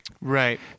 Right